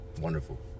wonderful